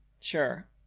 Sure